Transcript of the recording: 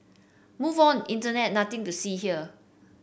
move on internet nothing to see here